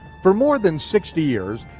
for more than sixty years,